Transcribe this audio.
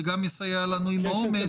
זה גם יסייע לנו עם העומס,